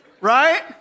right